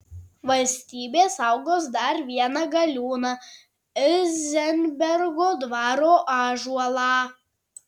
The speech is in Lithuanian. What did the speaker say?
valstybė saugos dar vieną galiūną ilzenbergo dvaro ąžuolą